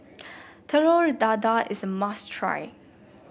Telur Dadah is a must try